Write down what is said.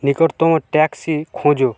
নিকটতম ট্যাক্সি খোঁজ